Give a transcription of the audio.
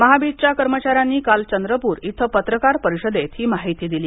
महाबीजच्या कर्मचाऱ्यांनी काल चंद्रपूर इथं पत्रकार परिषदेत ही माहिती दिली